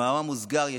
במאמר מוסגר,